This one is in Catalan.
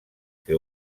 que